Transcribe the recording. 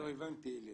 לא הבנתי, איליה.